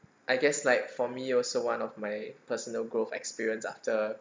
I guess like for me also one of my personal growth experience after